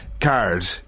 card